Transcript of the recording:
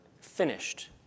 finished